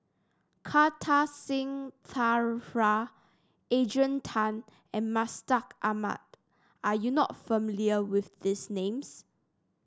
Kartar Singh Thakral Adrian Tan and Mustaq Ahmad are you not familiar with these names